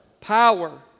Power